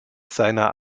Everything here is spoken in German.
seiner